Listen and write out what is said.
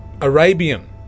Arabian